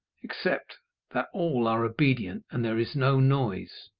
except that all are obedient, and there is no noise.